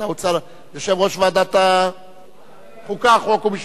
יושב-ראש ועדת החוקה, חוק ומשפט,